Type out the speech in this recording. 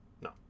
No